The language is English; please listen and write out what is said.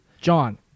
John